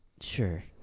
Sure